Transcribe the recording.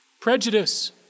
Prejudice